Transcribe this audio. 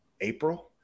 April